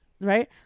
right